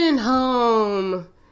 home